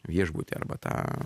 viešbutį arba tą